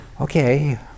okay